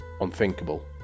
unthinkable